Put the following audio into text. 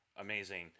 Amazing